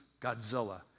Godzilla